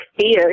fear